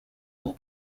ans